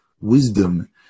wisdom